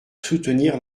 soutenir